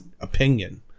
opinion